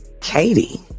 Katie